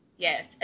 Yes